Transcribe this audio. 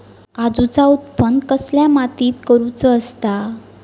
काजूचा उत्त्पन कसल्या मातीत करुचा असता?